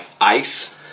ice